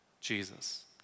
Jesus